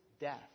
death